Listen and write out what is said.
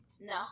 No